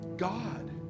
God